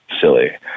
silly